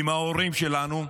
עם ההורים שלנו,